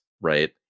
right